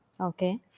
Okay